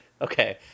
Okay